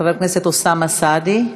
חבר הכנסת אוסאמה סעדי,